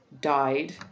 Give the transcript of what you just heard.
died